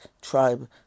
tribe